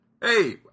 Hey